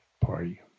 party